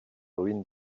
ruines